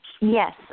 Yes